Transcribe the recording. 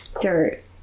dirt